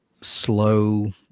slow